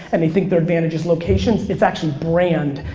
and they think their advantage is locations. it's actually brand,